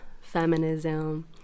feminism